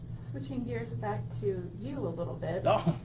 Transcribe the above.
switching gears back to you a little bit. oh!